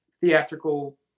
theatrical